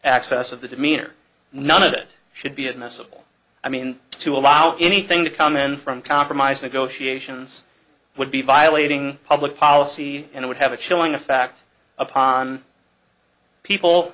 access of the demeanor none of it should be admissible i mean to allow anything to come in from compromise negotiations would be violating public policy and would have a chilling effect upon people